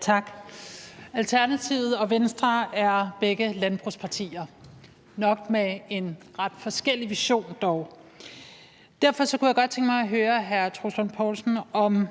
Tak. Alternativet og Venstre er begge landbrugspartier, dog nok med en ret forskellig vision. Derfor kunne jeg godt tænke mig at høre hr. Troels Lund Poulsen, om